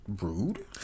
rude